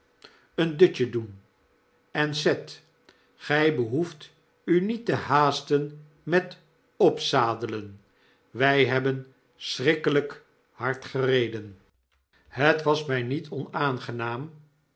een dutje doen en seth gy behoeft u niet te haasten met opzadelen wij hebben schrikkelyk hard gereden het was my niet onaangenaam